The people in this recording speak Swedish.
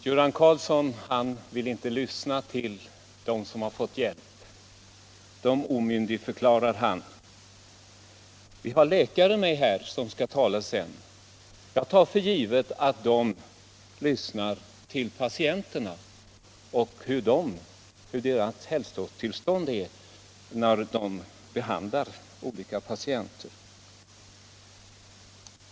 Herr talman! Herr Karlsson i Huskvarna vill inte lyssna på de människor som har fått hjälp genom THX. Han omyndigförklarar dem. Men vi har läkare som skall tala om detta litet senare. Jag tar för givet att de lyssnar på patienterna och vet deras hälsotillstånd när de behandlar dem.